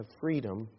freedom